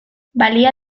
balia